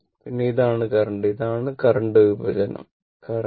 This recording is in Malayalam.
പിന്നെ ഇതാണ് കറന്റ് ഇതാണ് കറന്റ് വിഭജനം കറന്റ്